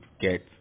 get